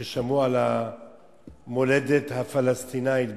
ששמרו על המולדת הפלסטינית בעזה?